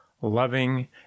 loving